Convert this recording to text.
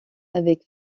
avec